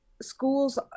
schools